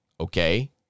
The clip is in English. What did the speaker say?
Okay